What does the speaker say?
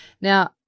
Now